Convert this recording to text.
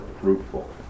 fruitful